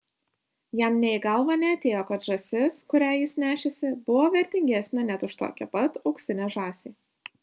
jam nė į galvą neatėjo kad žąsis kurią jis nešėsi buvo vertingesnė net už tokią pat auksinę žąsį